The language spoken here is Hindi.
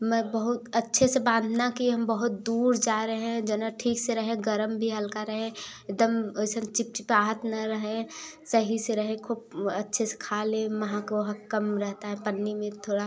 मैं बहुत अच्छे से बांधना कि हम बहुत दूर जा रहे हैं जना ठीक से रहे गर्म भी हल्का रहे एकदम ओइसन चिपचिपाहट न रहे सही से रहे खूब अच्छे से खा ले महक वहक कम रहता है पन्नी में थोड़ा